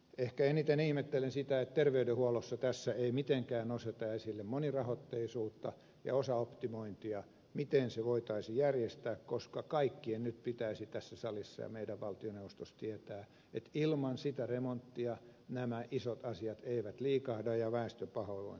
ehkä eniten ihmettelen sitä että terveydenhuollosta tässä ei mitenkään nosteta esille monirahoitteisuutta ja osaoptimointia miten ne voitaisiin järjestää koska meidän kaikkien nyt pitäisi tässä salissa ja valtioneuvostossa tietää että ilman sitä remonttia nämä isot asiat eivät liikahda ja väestön pahoinvointi vaan kasvaa